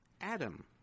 Adam